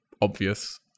obvious